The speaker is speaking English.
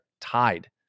tied